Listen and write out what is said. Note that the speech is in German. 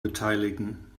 beteiligen